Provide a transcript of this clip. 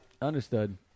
Understood